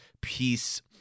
peace